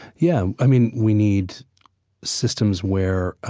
yeah, i mean we need systems where, ah